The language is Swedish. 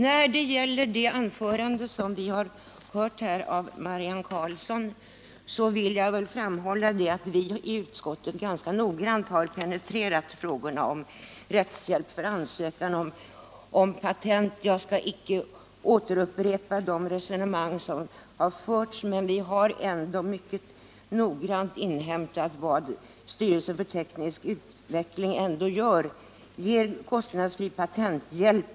När det gäller det anförande av Marianne Karlsson som vi nyss hört vill jag framhålla, att vi i utskottet ganska noggrant har penetrerat frågan om rättshjälp för ansökan om patent. Jag skall icke upprepa de resonemang som förts, men jag vill peka på att vi mycket noggrant har inhämtat vad styrelsen för teknisk utveckling gör för att biträda med kostnader för patenthjälp.